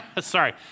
Sorry